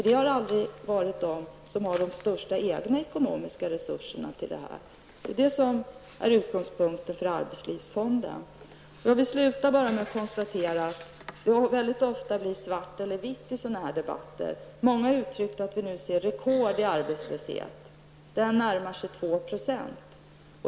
Det har aldrig varit de företag som har de största egna ekonomiska resurserna. Det är det som är utgångspunkten för arbetslivsfonden. Jag vill sluta med att konstatera att det väldigt ofta blir antingen svart eller vitt i sådana här debatter. Många har uttryckt att vi nu ser rekord i arbetslöshet; den närmar sig 2 %.